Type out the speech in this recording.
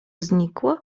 znikło